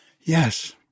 Yes